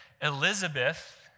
Elizabeth